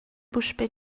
puspei